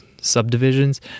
subdivisions